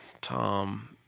Tom